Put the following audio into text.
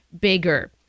Bigger